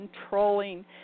controlling